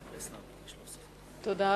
תודה.